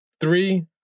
Three